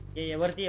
a letter